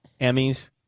Emmys